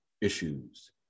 issues